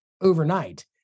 overnight